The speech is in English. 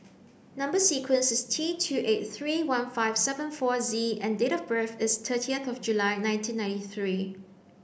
Number sequence is T two eight three one five seven four Z and date of birth is thirty of July nineteen ninety three